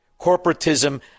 Corporatism